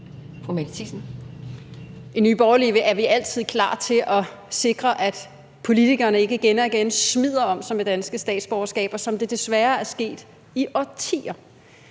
I Nye Borgerlige er vi altid klar til at sikre, at politikerne ikke igen og igen smider om sig med danske statsborgerskaber, som det desværre er sket i årtier.